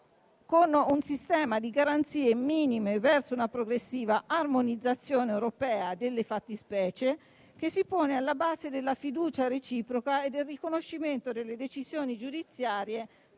con un sistema di garanzie minime verso una progressiva armonizzazione europea delle fattispecie, che si pone alla base della fiducia reciproca e del riconoscimento delle decisioni giudiziarie